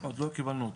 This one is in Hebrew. עוד לא קיבלנו אותו.